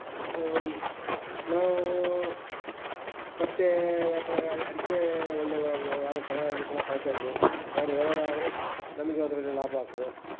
ನಾವೂ ಬಟ್ಟೆ ವ್ಯಾಪಾರ ಅಡಿಕೆ ಒಳ್ಳೆ ವ್ಯವಹಾರ ಚೆನ್ನಾಗಾಗಲಿ ಅಂತ ನಾವು ಕಾಯ್ತಾಯಿರ್ತೀವಿ ಅವರು ವ್ಯವಹಾರ ಆದರೆ ನಮಗೂ ಅದರಲ್ಲಿ ಲಾಭ ಆಗ್ತದೆ